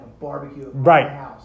Right